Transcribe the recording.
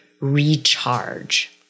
recharge